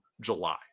july